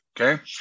okay